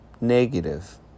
negative